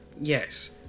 Yes